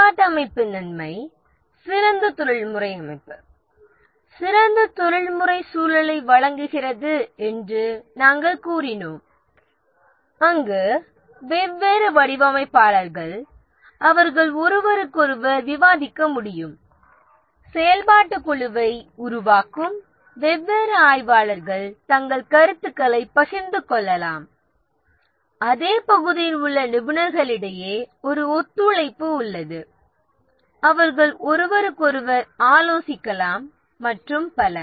செயல்பாட்டு அமைப்பின் நன்மை சிறந்த தொழில்முறை அமைப்பு சிறந்த தொழில்முறை சூழலை வழங்குகிறது என்று நாங்கள் கூறினோம் அங்கு வெவ்வேறு வடிவமைப்பாளர்கள் அவர்கள் ஒருவருக்கொருவர் விவாதிக்க முடியும் செயல்பாட்டுக் குழுவை உருவாக்கும் வெவ்வேறு ஆய்வாளர்கள் தங்கள் கருத்துக்களைப் பகிர்ந்து கொள்ளலாம் அதே பகுதியில் உள்ள நிபுணர்களிடையே ஒரு ஒத்துழைப்பு உள்ளது அவர்கள் ஒருவருக்கொருவர் ஆலோசிக்கலாம் மற்றும் பல